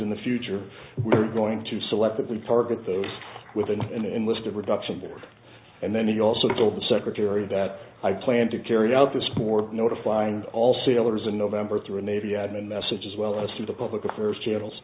in the future we're going to selectively target those within an enlisted production board and then he also told the secretary that i plan to carry out the sport notifying all sailors in november through a navy admin message as well as through the public affairs channels